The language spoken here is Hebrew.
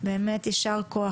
- באמת ישר כוח.